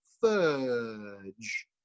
Fudge